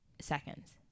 seconds